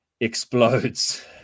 explodes